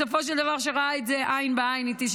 שבסופו של דבר ראה עין בעין איתי,